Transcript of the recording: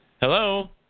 Hello